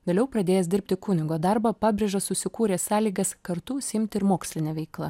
vėliau pradėjęs dirbti kunigo darbą pabrėža susikūrė sąlygas kartu užsiimti ir moksline veikla